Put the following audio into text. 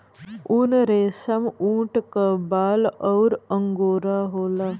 उनरेसमऊट क बाल अउर अंगोरा होला